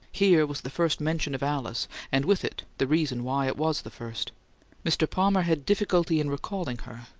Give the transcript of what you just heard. here was the first mention of alice, and with it the reason why it was the first mr. palmer had difficulty in recalling her,